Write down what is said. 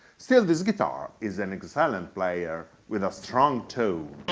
still this guitar is an excellent player with a strong to